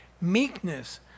meekness